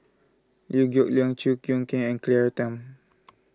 Liew Geok Leong Chew Choo Keng and Claire Tham